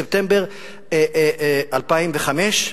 בספטמבר 2005,